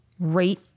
Rate